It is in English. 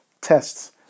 tests